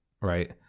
Right